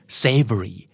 savory